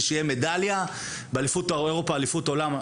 שיהיה מדליה באליפות אירופה או באליפות עולם.